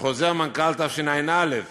חוזר מנכ"ל התשע"א/10(א),